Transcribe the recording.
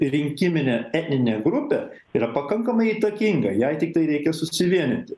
rinkiminė etninė grupė yra pakankamai įtakinga jai tiktai reikia susivienyti